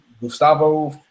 Gustavo